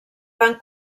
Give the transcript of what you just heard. van